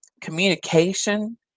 communication